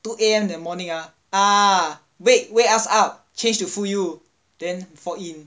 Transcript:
two A_M in the morning ah ah wake wake us up change to full U then fall in